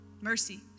mercy